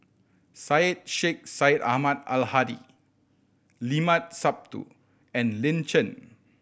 Syed Sheikh Syed Ahmad Al Hadi Limat Sabtu and Lin Chen